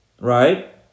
right